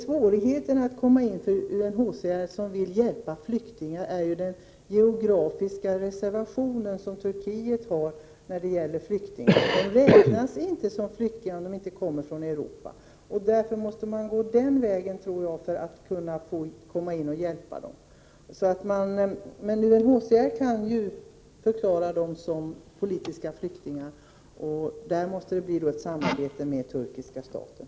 Svårigheten för UNHCR att komma in i Turkiet och hjälpa flyktingar är den geografiska indelning som Turkiet gör när det gäller flyktingar. De räknas inte som flyktingar om de inte kommer från Europa. Jag tror därför att man måste gripa in för att kunna hjälpa dem. UNHCR kan ju förklara dessa människor som politiska flyktingar, och det måste här bli ett samarbete med den turkiska staten.